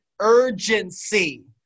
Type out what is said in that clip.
urgency